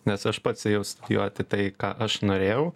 nes aš pats ėjau studijuoti tai ką aš norėjau